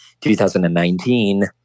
2019